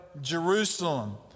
Jerusalem